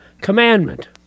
commandment